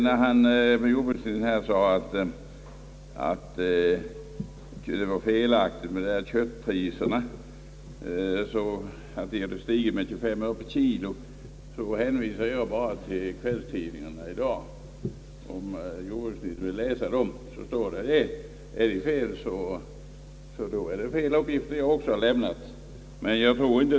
När jordbruksministern sade att det var felaktigt att köttpriserna hade stigit med 25 öre per kg vill jag bara hänvisa till kvällstidningarna i dag. Om jordbruksministern läser dem, finner han uppgiften där. är det fel, har jag också lämnat felaktiga uppgifter.